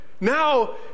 Now